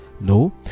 no